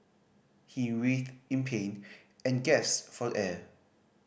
he writhed in pain and gasped for air